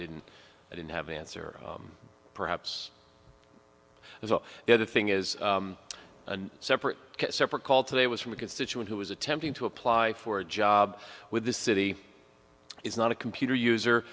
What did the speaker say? didn't i didn't have answer perhaps so the other thing is a separate separate call today was from a constituent who was attempting to apply for a job with the city is not a computer user